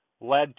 led